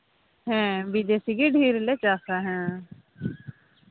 ᱦᱮᱸ ᱵᱤᱫᱮᱥᱤᱜᱮ ᱰᱷᱮᱨᱞᱮ ᱪᱟᱥᱼᱟ ᱦᱮᱸ